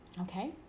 Okay